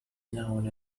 known